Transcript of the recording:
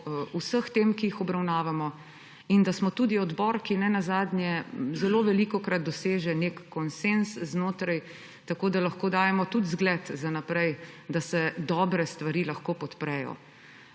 vseh tem, ki jih obravnavamo; in da smo tudi odbor, ki zelo velikokrat doseže nek konsenz znotraj, tako da lahko dajemo tudi zgled za naprej, da se dobre stvari lahko podprejo.